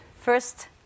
First